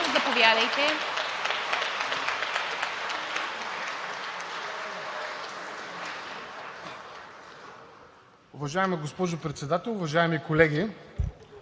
Заповядайте.